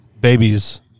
babies